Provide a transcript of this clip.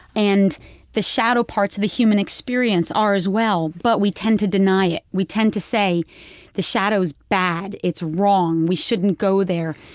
and the shadow parts of the human experience are as well, but we tend to deny it. we tend to say the shadow's bad. it's wrong. we shouldn't go there.